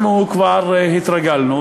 אנחנו כבר התרגלנו,